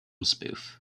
spoof